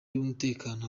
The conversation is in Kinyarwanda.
y’umutekano